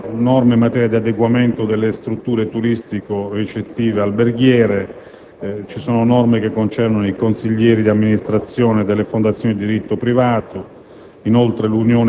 disposizioni in materia di adeguamento delle strutture turistico-ricettive alberghiere. Altre norme si riferiscono ai consiglieri di amministrazione delle fondazioni di diritto privato